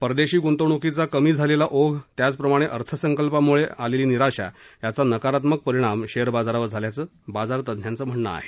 परदेशी गुंतवणुकीचा कमी झालेला ओघ त्याचप्रमाणे अर्थसंकल्पामुळे झालेली निराशा याचा नकारात्मक परिणाम शेयर बाजारावर झाल्याचं बाजार तज्ज्ञांचं म्हणणं आहे